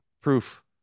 proof